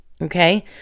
okay